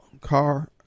car